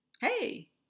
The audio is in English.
Hey